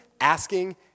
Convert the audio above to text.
asking